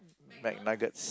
McNuggets